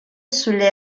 sulle